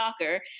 stalker